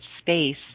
space